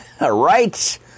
Right